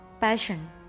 Passion